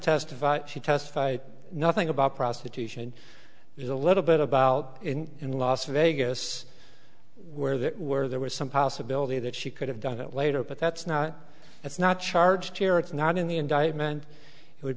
testified she testified nothing about prostitution is a little bit about in las vegas where there were there were some possibility that she could have done it later but that's not that's not charge here it's not in the indictment it would